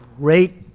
rate,